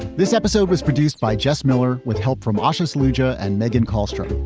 this episode was produced by jesse miller with help from ashurst lucja and meghan karlstrom,